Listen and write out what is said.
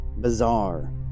bizarre